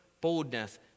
boldness